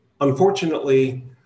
unfortunately